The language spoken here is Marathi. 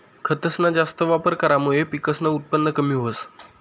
खतसना जास्त वापर करामुये पिकसनं उत्पन कमी व्हस